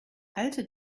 alte